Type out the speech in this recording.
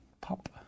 Pop